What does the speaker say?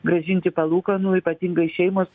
grąžinti palūkanų ypatingai šeimos